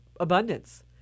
Abundance